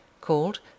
called